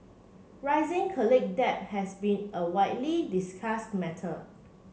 rising college debt has been a widely discussed matter